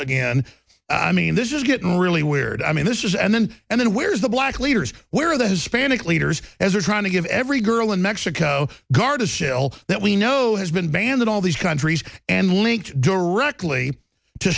again i mean this is getting really weird i mean this is and then and then where is the black leaders where are the hispanic leaders as they're trying to give every girl in mexico gardasil that we know has been banned in all these countries and linked directly to